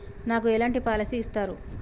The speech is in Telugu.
నాకు ఎలాంటి పాలసీ ఇస్తారు?